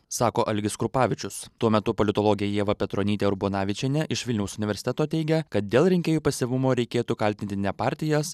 sako algis krupavičius tuo metu politologė ieva petronytė urbonavičienė iš vilniaus universiteto teigia kad dėl rinkėjų pasyvumo reikėtų kaltinti ne partijas